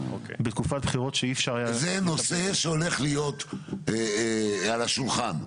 בתקופת בחירות שאי אפשר היה --- זה נושא שהולך להיות על השולחן.